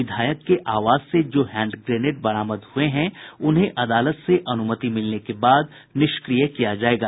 विधायक के आवास से जो हैंड ग्रेनेड बरामद हुये हैं उन्हें अदालत से अनुमति मिलने के बाद निष्क्रिय किया जायेगा